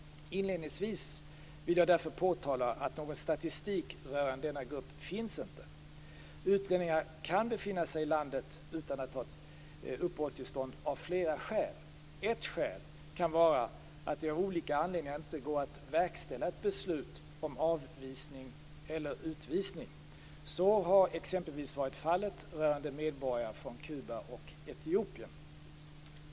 Inledningsvis vill jag därför påtala att någon statistik rörande denna grupp inte finns. Utlänningar kan befinna sig i landet utan att ha uppehållstillstånd av flera skäl. Ett skäl kan vara att det av olika anledningar inte går att verkställa ett beslut om avvisning eller utvisning. Så har exempelvis varit fallet rörande medborgare från Kuba och Etiopien.